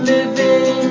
Living